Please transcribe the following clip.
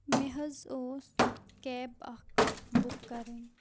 مےٚ حظ اوس کیب اکھ بُک کَرٕنۍ